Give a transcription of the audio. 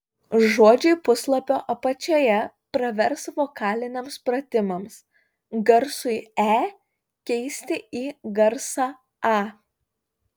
žodžiai puslapio apačioje pravers vokaliniams pratimams garsui e keisti į garsą a